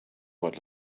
what